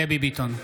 דבי ביטון,